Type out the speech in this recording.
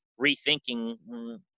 rethinking